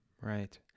Right